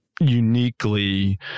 uniquely